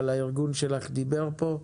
אבל הארגון שלך דיבר פה.